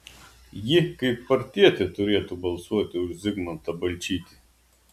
ji kaip partietė turėtų balsuoti už zigmantą balčytį